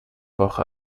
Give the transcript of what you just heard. woche